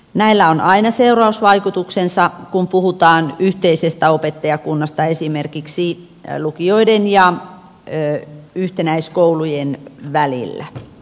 näillä on aina seurausvaikutuksensa kun puhutaan yhteisestä opettajakunnasta esimerkiksi lukioiden ja yhtenäiskoulujen välillä